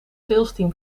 salesteam